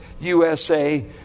USA